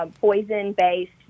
Poison-based